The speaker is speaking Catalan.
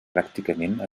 pràcticament